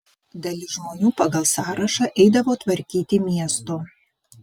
dalis žmonių pagal sąrašą eidavo tvarkyti miesto